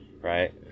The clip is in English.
Right